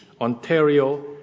Ontario